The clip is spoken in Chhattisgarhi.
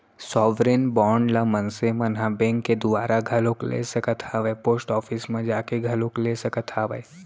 साँवरेन बांड ल मनसे मन ह बेंक के दुवारा घलोक ले सकत हावय पोस्ट ऑफिस म जाके घलोक ले सकत हावय